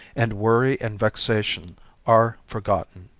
and worry and vexation are forgotten.